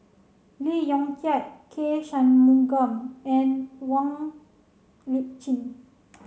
Lee Yong Kiat K Shanmugam and Wong Lip Chin